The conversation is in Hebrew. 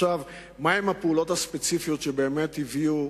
מהן הפעולות הספציפיות שבאמת הביאו